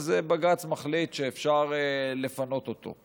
אז בג"ץ מחליט שאפשר לפנות אותו.